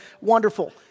Wonderful